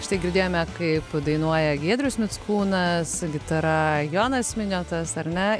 štai girdėjome kaip dainuoja giedrius mickūnas gitara jonas miniotas ar ne